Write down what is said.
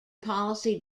policy